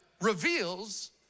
reveals